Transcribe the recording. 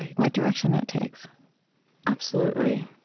what direction that takes absolutely.